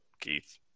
Keith